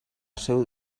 seu